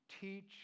teach